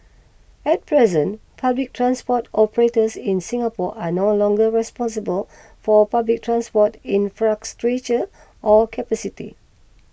at present public transport operators in Singapore are no longer responsible for public transport infrastructure or capacity